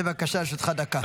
בבקשה, לרשותך דקה.